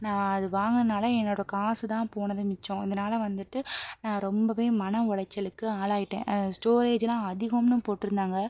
நான் அது வாங்கினதுனால என்னோடய காசு தான் போனது மிச்சம் இதனால் வந்துட்டு நான் ரொம்பவே மன உளைச்சலுக்கு ஆளாயிட்டேன் ஸ்டோரேஜ்லாம் அதிகம்னு போட்டுருந்தாங்க